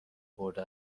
برده